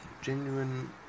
Genuine